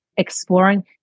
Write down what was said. exploring